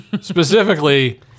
specifically